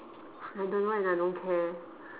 I don't know and I don't care